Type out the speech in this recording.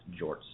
jorts